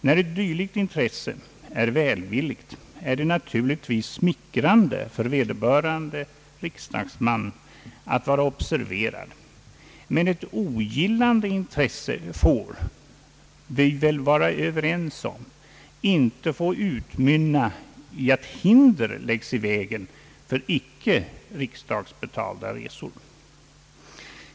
När ett dylikt intresse är välvilligt är det naturligtvis smickrande för vederbörande riksdagsman att vara observerad, men ett ogillande intresse det bör vi väl vara överens om — får inte utmynna i att hinder läggs i vägen för icke riksdagsbetalda resor.